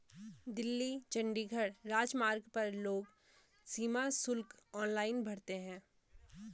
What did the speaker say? दिल्ली चंडीगढ़ राजमार्ग पर लोग सीमा शुल्क ऑनलाइन भरते हैं